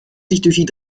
siebzig